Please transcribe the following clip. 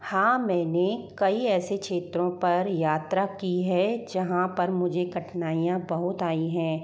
हाँ मैंने कई ऐसे क्षेत्रों पर यात्रा की है जहाँ पर मुझे कठिनाइयाँ बहुत आई हैं